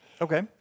Okay